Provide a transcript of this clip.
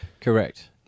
Correct